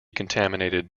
contaminated